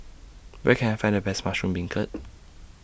Where Can I Find The Best Mushroom Beancurd